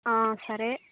సరే